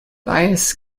bias